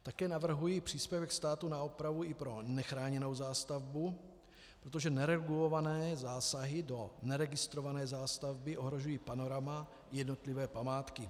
Také navrhuji příspěvek státu na opravu i pro nechráněnou zástavbu, protože neregulované zásahy do neregistrované zástavby ohrožují panorama i jednotlivé památky.